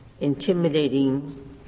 intimidating